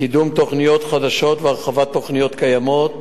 קידום תוכניות חדשות והרחבת תוכניות קיימות